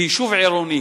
כיישוב עירוני.